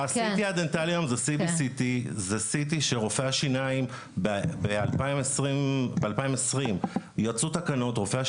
ה-CT הדנטלי היום זה CBCT. זה CT שב-2020 יצאו תקנות ורופאי